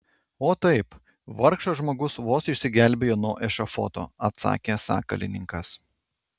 o taip vargšas žmogus vos išsigelbėjo nuo ešafoto atsakė sakalininkas